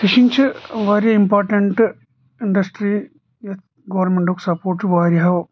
fishing چھِ واریاہ important industry یتھ گورمنٹُک سپورٹ چھُ واریاہو